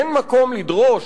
אין מקום לדרוש,